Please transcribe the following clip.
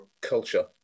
culture